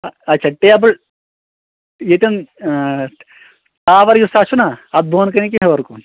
آ آچھا ٹیبٕل یتیٚن ٹاور یُس حظ چھُنا تتھ بۄنہٕ کَنہٕ ہا کِنہٕ ہیٚور کُن